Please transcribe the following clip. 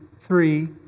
three